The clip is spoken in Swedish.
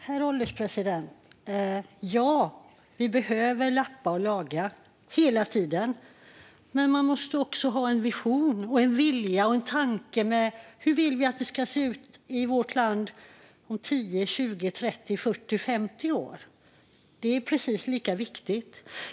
Herr ålderspresident! Ja, vi behöver lappa och laga hela tiden. Men man måste också ha en vision, en vilja och en tanke. Hur vill vi att det ska se ut i vårt land om 10, 20, 30, 40 och 50 år? Det är precis lika viktigt.